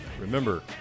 Remember